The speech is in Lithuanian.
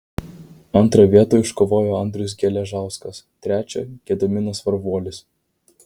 antrą vietą iškovojo andrius geležauskas trečią gediminas varvuolis